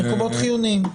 מקומות חיוניים.